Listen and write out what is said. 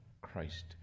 Christ